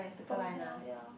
from here ya